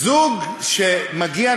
זוג שמגיע,